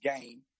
game